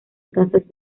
casas